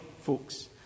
folks